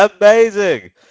Amazing